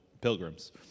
pilgrims